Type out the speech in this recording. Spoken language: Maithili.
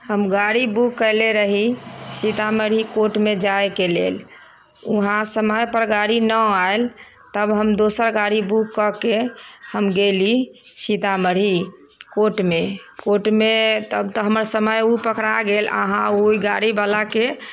हम गाड़ी बुक कैले रही सीतामढ़ी कोर्टमे जायके लेल उहाँ समयपर गाड़ी नहि आयल तब हम दोसर गाड़ी बुक कऽ के हम गेली सीतामढ़ी कोर्टमे कोर्टमे तब तऽ हमर समय उ पकड़ा गेल अहाँ ओहि गाड़ीवला के